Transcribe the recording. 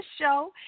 show